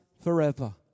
forever